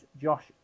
Josh